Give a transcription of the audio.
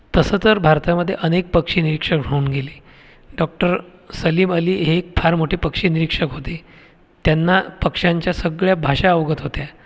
तसं तर भारतामध्ये अनेक पक्षी निरीक्षक होऊन गेले डॉक्टर सलीम अली हे एक फार मोठे पक्षी निरीक्षक होते त्यांना पक्षांच्या सगळ्या भाषा अवगत होत्या